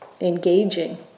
engaging